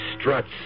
struts